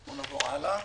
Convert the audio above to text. כמו שאמרתי,